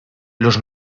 los